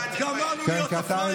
יוצא עכשיו לסכן את החיים שלו.